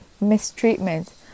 mistreatment